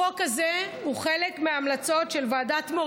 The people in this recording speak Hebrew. החוק הזה הוא חלק מההמלצות של ועדת מור